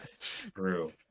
true